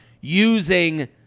using